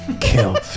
kill